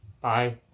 Bye